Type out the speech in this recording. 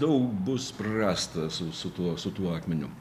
daug bus prarasta su tuo su tuo akmeniu